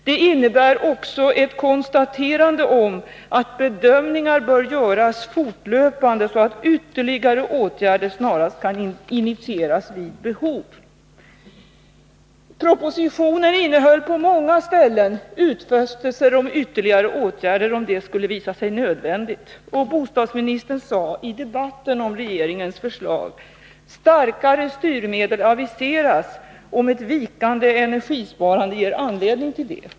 Det innebär också ett konstaterande av att —-—-- bedömningar bör göras fortlöpande så att ytterligare åtgärder snarast kan initieras vid behov.” Propositionen innehöll på många ställen utfästelser om ytterligare åtgärder, om det skulle visa sig nödvändigt. Och bostadsministern sade i debatten om regeringens förslag att ”starkare styrmedel aviseras om ett vikande energisparande ger anledning till det”.